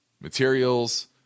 materials